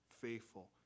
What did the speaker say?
faithful